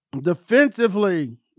Defensively